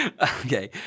Okay